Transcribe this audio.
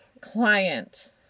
client